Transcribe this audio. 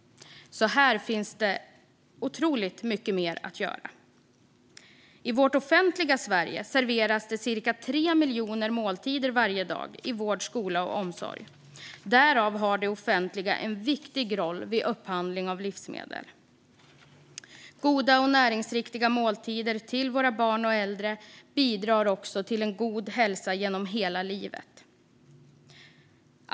Här finns det otroligt mycket mer att göra. I det offentliga Sverige serveras cirka 3 miljoner måltider varje dag i vård, skola och omsorg. Därför har det offentliga en viktig roll vid upphandling av livsmedel. Goda och näringsriktiga måltider till barn och äldre bidrar till en god hälsa genom hela livet.